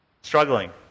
struggling